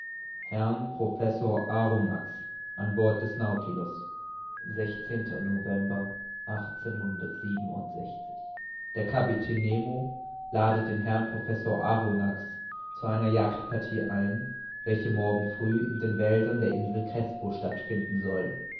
herrn professor arronax an bord des naus november der kapitän nemo ladet den herrn professor arronax zu einer jagdpartie ein welche morgen früh in den wäldern der insel crespo stattfinden soll